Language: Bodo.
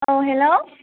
औ हेल्ल'